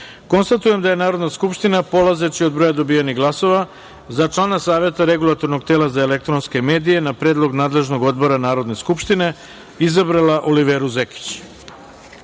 184.Konstatujem da je Narodna skupština, polazeći od broja dobijenih glasova, za člana Saveta Regulatornog tela za elektronske medije na predlog nadležnog odbora Narodne skupštine izabrala Oliveru